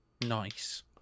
Nice